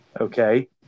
Okay